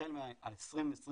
החל מה-2022,